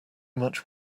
much